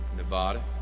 Nevada